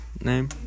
name